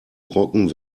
brocken